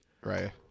Right